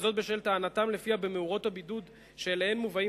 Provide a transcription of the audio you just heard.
וזאת בשל טענתם שבמאורות הבידוד שאליהן מובאים